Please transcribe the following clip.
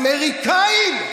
אמריקאים,